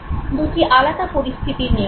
দুটি আলাদা পরিস্থিতি নেওয়া হয়েছে